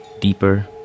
deeper